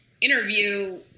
interview